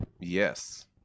Yes